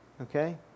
Okay